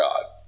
god